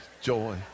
joy